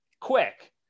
quick